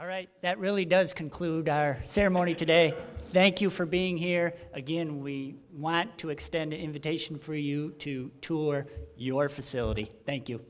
all right that really does conclude our ceremony today thank you for being here again we want to extend an invitation for you to tour your facility thank you